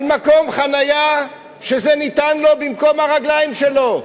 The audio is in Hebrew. על מקום חנייה, שניתן לו במקום הרגליים שלו.